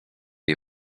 jej